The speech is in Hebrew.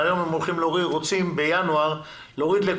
אנחנו יודעים שיהיו כאלה שילכו לעולם ויצטרכו לחפש את השאירים.